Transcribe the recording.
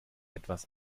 etwas